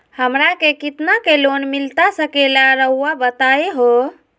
हमरा के कितना के लोन मिलता सके ला रायुआ बताहो?